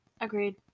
Agreed